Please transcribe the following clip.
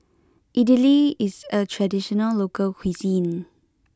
Idili is a traditional local cuisine